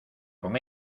con